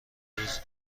امروز